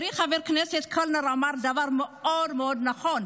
חברי חבר הכנסת קלנר אמר דבר מאוד מאוד נכון,